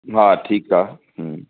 हा ठीकु आहे